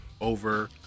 over